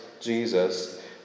Jesus